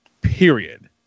period